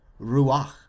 Ruach